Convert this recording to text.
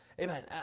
Amen